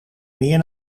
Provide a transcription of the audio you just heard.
meer